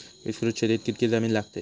विस्तृत शेतीक कितकी जमीन लागतली?